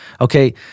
Okay